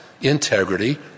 integrity